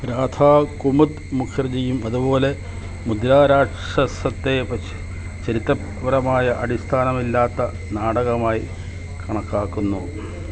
രാധാ കുമുദ് മുഖർജിയും അതുപോലെ മുദ്രാരാക്ഷസത്തെ ചരിത്രപരമായ അടിസ്ഥാനമില്ലാത്ത നാടകമായി കണക്കാക്കുന്നു